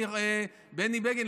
בני בגין,